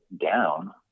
down